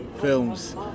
films